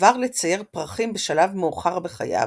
עבר לצייר פרחים בשלב מאוחר בחייו,